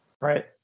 Right